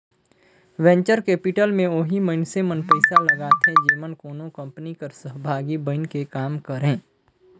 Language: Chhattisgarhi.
वेंचर कैपिटल में ओही मइनसे मन पइसा लगाथें जेमन कोनो कंपनी कर सहभागी बइन के काम करें